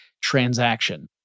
transaction